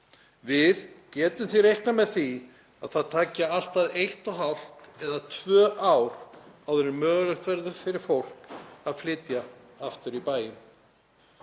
Við getum því reiknað með því að það taki allt að eitt og hálft eða tvö ár áður en mögulegt verður fyrir fólk að flytja aftur í bæinn.